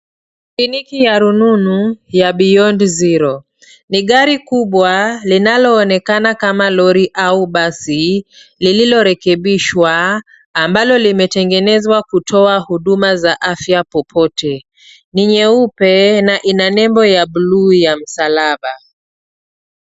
Kliniki ya rununu ya Beyond Zero ni gari kubwa linaloonekana kama lori au basi lililorekebishwa, ambalo limetengenezwa kutoa huduma za afya popote. Ni nyeupe na ina nembo ya bluu ya msalaba.